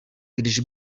když